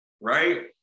right